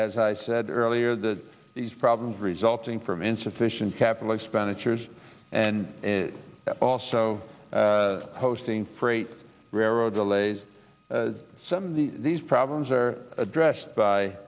as i said earlier that these problems resulting from insufficient capital expenditures and also hosting freight railroad delays some of the these problems are addressed by